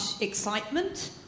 excitement